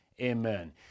amen